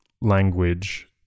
language